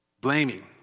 Blaming